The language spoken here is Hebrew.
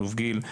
האלוף גיל,